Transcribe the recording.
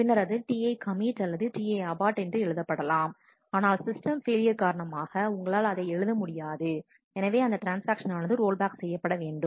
பின்னர் அது TiCommit அல்லது TiAbort என்று எழுதப்படலாம் ஆனால் சிஸ்டம் ஃபெயிலியர் காரணமாக உங்களால் அதை எழுத முடியாது எனவே அந்த ட்ரான்ஸ்ஆக்ஷன் ஆனது ரோல்பேக் செய்யப்பட வேண்டும்